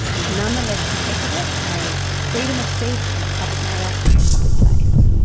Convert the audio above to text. it nonetheless protected it as freedom of speech on a public matter in a public place.